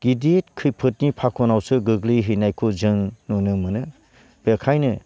गिदिद खैफोदनि फाखनावसो गोग्लै हैनायखौ जों नुनो मोनो बेखायनो